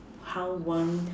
how one